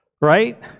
Right